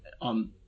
on